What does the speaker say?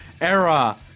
era